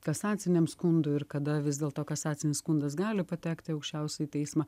kasaciniam skundui ir kada vis dėlto kasacinis skundas gali patekti į aukščiausiąjį teismą